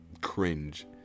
cringe